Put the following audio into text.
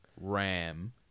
ram